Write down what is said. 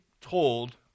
told